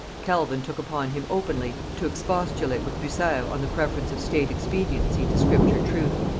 calvin took upon him openly to expostulate with bucer on the preference of state expediency to scripture truth,